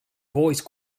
voice